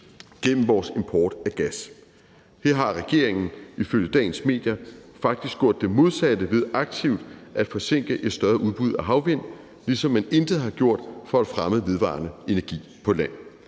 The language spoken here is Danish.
gennem vores import af gas. Det har regeringen ifølge dagens medier faktisk gjort det modsatte af ved aktivt at forsinke et større udbud af havvind, ligesom man intet har gjort for at fremme vedvarende energi på land.